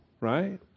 Right